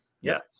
Yes